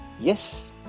yes